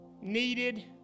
needed